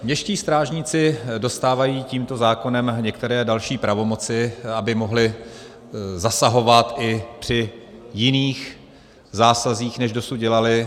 Městští strážníci dostávají tímto zákonem některé další pravomoci, aby mohli zasahovat i při jiných zásazích, než dosud dělali.